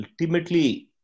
ultimately